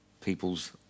people's